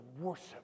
worship